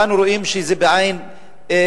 ואנו רואים את זה בעין שלילית,